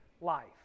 life